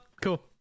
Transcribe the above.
cool